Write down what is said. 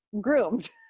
groomed